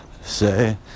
say